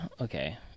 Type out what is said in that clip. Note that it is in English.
okay